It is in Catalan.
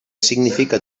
significa